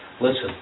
listen